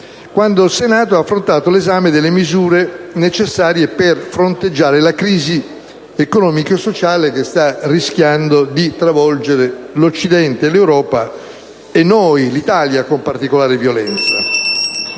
quando il Senato ha affrontato l'esame delle misure necessarie per fronteggiare la crisi economico-sociale che sta rischiando di travolgere l'Occidente, l'Europa e, con particolare violenza,